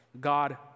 God